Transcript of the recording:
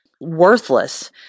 worthless